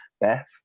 Beth